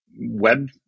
Web